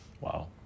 wow